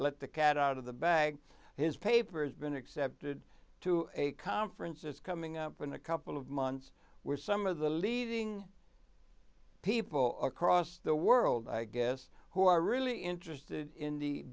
let the cat out of the bag his paper has been accepted to a conference is coming up in a couple of months where some of the leading people across the world i guess who are really interested in the